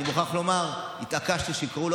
אני מוכרח לומר שהתעקשתי שיקראו לו